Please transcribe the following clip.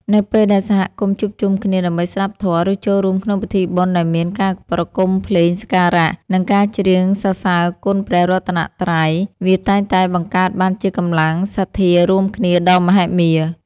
នៅពេលដែលសហគមន៍ជួបជុំគ្នាដើម្បីស្តាប់ធម៌ ឬចូលរួមក្នុងពិធីបុណ្យដែលមានការប្រគំភ្លេងសក្ការៈ និងការច្រៀងសរសើរគុណព្រះរតនត្រ័យ វាតែងតែបង្កើតបានជាកម្លាំងសទ្ធារួមគ្នាដ៏មហិមា។